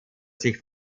sich